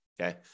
okay